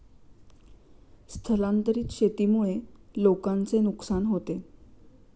स्थलांतरित शेतीमुळे लोकांचे नुकसान होते